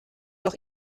noch